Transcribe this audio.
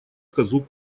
козу